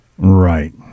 Right